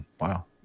Wow